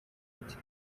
ati